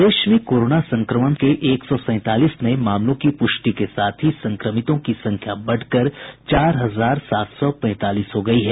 प्रदेश में कोरोना संक्रमण के एक सौ सैंतालीस नये मामलों की पुष्टि के साथ ही संक्रमितों की संख्या बढ़कर चार हजार सात सौ पैंतालीस हो गयी है